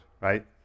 right